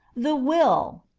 the will.